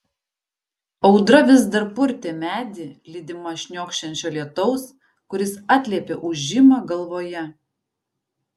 audra vis dar purtė medį lydima šniokščiančio lietaus kuris atliepė ūžimą galvoje